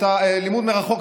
הלימוד מרחוק,